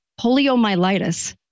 poliomyelitis